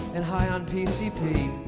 and high on pcp